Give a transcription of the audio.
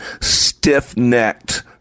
stiff-necked